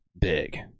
big